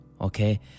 okay